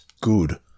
good